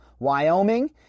Wyoming